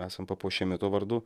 esam papuošiami tuo vardu